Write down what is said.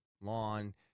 lawn